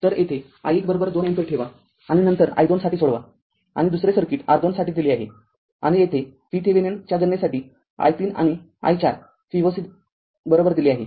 तर येथे i१२अँपिअर ठेवा आणि नंतर i२साठी सोडवा आणि दुसरे सर्किट R२ साठी दिले आहेआणि येथे VThevenin च्या गणनेसाठी i३आणि i४Voc दिले आहे